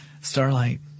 Starlight